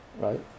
Right